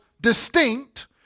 distinct